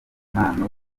impano